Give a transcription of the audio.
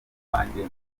wanjye